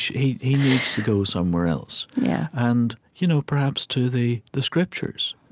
he he needs to go somewhere else yeah and you know perhaps to the the scriptures,